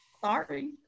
Sorry